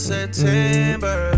September